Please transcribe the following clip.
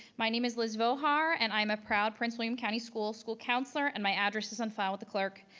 my name is liz vohar and i'm a proud prince william county school, school counselor. and my address is on file with the clerk.